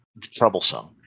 troublesome